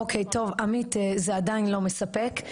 אוקיי, טוב, עמית, זה עדיין לא מספק.